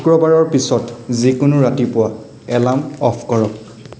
শুক্ৰবাৰৰ পিছত যিকোনো ৰাতিপুৱা এলাৰ্ম অফ কৰক